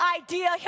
idea